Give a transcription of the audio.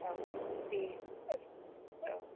औ बे औ